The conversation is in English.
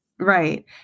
Right